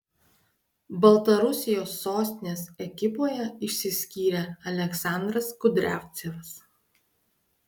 baltarusijos sostinės ekipoje išsiskyrė aleksandras kudriavcevas